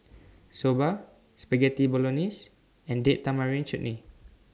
Soba Spaghetti Bolognese and Date Tamarind Chutney